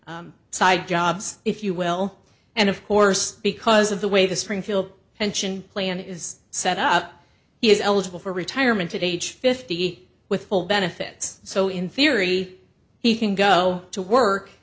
side jobs if you will and of course because of the way the springfield pension plan is set up he is eligible for retirement at age fifty with full benefits so in theory he can go to work